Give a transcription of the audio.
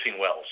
wells